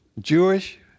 Jewish